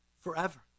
Forever